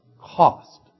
cost